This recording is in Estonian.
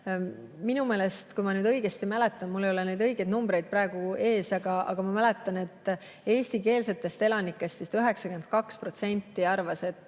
minu meelest, kui ma nüüd õigesti mäletan, mul ei ole neid õigeid numbreid praegu ees, aga ma mäletan, et eestikeelsetest elanikest vist 92% arvas, et